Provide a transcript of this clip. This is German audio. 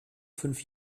fünf